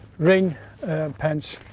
rain and and pants,